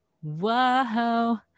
whoa